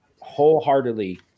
wholeheartedly